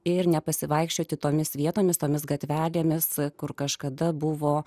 ir nepasivaikščioti tomis vietomis tomis gatvelėmis kur kažkada buvo